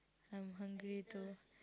I'm hungry too